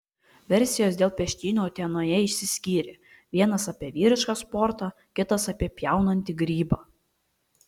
versijos dėl peštynių utenoje išsiskyrė vienas apie vyrišką sportą kitas apie pjaunantį grybą